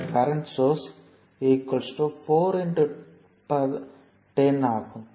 இந்த current source 4 10 ஆகும்